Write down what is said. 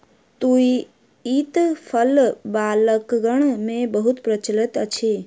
तूईत फल बालकगण मे बहुत प्रचलित अछि